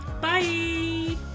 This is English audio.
Bye